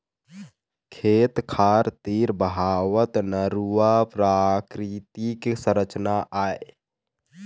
खेत खार तीर बहावत नरूवा प्राकृतिक संरचना आय